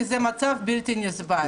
כי זה מצב בלתי נסבל.